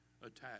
attached